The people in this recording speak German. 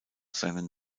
seinen